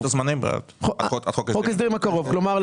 כלומר,